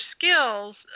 skills